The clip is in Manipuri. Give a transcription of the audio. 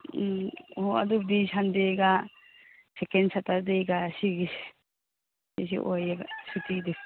ꯎꯝ ꯑꯣ ꯑꯗꯨꯕꯨꯗꯤ ꯁꯟꯗꯦꯒ ꯁꯦꯀꯦꯟ ꯁꯇꯔꯗꯦꯒ ꯁꯤꯒꯤꯁꯦ ꯑꯣꯏꯌꯦꯕ ꯁꯨꯇꯤꯗꯤ